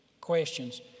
questions